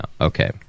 Okay